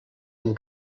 amb